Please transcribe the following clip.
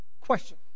Question